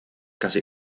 casi